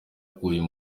uyu